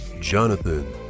Jonathan